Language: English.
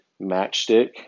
matchstick